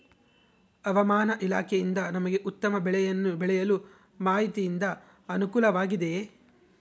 ಹವಮಾನ ಇಲಾಖೆಯಿಂದ ನಮಗೆ ಉತ್ತಮ ಬೆಳೆಯನ್ನು ಬೆಳೆಯಲು ಮಾಹಿತಿಯಿಂದ ಅನುಕೂಲವಾಗಿದೆಯೆ?